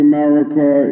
America